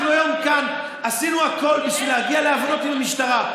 אנחנו היום עשינו כאן הכול בשביל להגיע להבנות עם המשטרה.